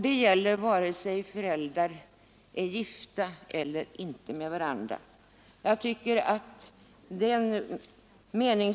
Det gäller vare sig föräldrarna är gifta med varandra eller inte.